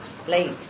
Late